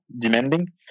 demanding